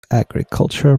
agricultural